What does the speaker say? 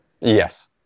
Yes